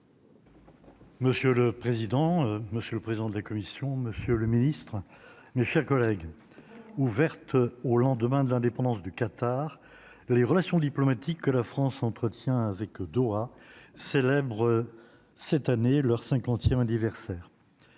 Monsieur le président, monsieur le président de la Commission, monsieur le Ministre, mes chers collègues, ouverte au lendemain de l'indépendance du Qatar, les relations diplomatiques, que la France entretient avec Doha célèbrent cette année leur 50ème anniversaire